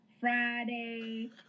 Friday